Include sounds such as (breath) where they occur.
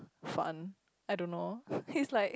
fun I don't know (breath) it's like